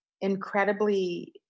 incredibly